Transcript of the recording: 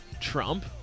Trump